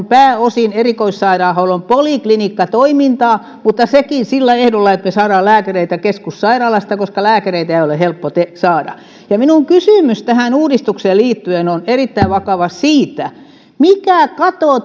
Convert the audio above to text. pääosin erikoissairaanhoidon poliklinikkatoimintaa mutta sekin sillä ehdolla että me saamme lääkäreitä keskussairaalasta koska lääkäreitä ei ole helppo saada minun kysymykseni tähän uudistukseen liittyen on erittäin vakava huoli siitä mikä kato